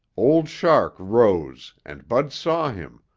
old shark rose and bud saw him,